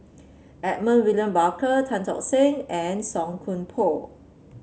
Edmund William Barker Tan Tock Seng and Song Koon Poh